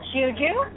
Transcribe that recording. Juju